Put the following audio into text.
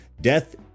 Death